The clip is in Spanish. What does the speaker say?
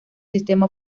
sistema